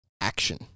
action